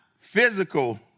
physical